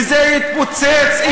וזה יתפוצץ,